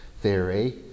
theory